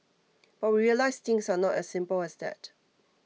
but we realised things are not as simple as that